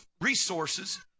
resources